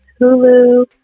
Hulu